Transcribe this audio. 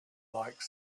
like